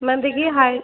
ma'am देखिए हाय